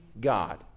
God